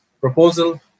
proposal